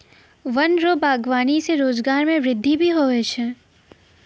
वन रो वागबानी से रोजगार मे वृद्धि भी हुवै छै